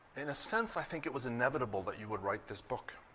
in a sense, i think it was inevitable that you would write this book.